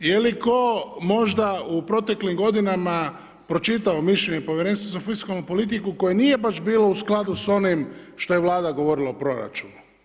Je li tko možda u proteklim godinama pročitao mišljenje Povjerenstva za fiskalnu politiku koje nije baš bilo u skladu s onim što je Vlada govorila o proračunu?